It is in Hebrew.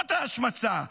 זאת ההשמצה.